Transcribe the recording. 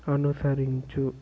అనుసరించు